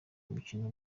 mukino